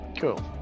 Cool